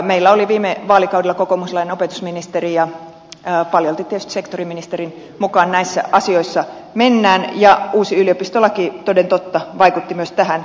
meillä oli viime vaalikaudella kokoomuslainen opetusministeri ja paljolti tietysti sektoriministerin mukaan näissä asioissa mennään ja uusi yliopistolaki toden totta vaikutti myös tähän